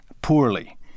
poorly